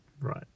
right